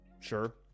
sure